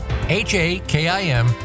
H-A-K-I-M